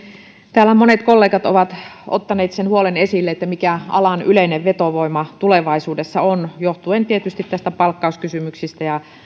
täällä monet kollegat ovat ottaneet esille huolen siitä mikä alan yleinen vetovoima tulevaisuudessa on johtuen tietysti näistä palkkauskysymyksistä ja